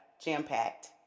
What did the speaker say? jam-packed